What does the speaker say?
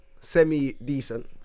Semi-decent